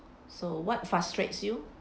so what frustrates you